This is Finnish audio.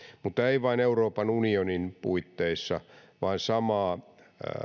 mutta ei vain euroopan unionin puitteissa vaan samaa